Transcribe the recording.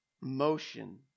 motion